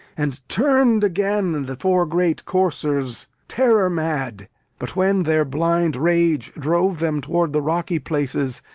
and turned again the four great coursers, terror-mad. but when their blind rage drove them toward the rocky places,